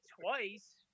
Twice